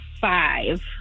five